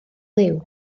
liw